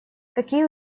какие